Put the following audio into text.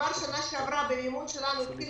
שכבר בשנה שעברה במימון שלנו התחילו